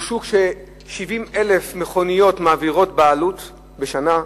שוק שעוברות בו בעלות 70,000 מכוניות בשנה,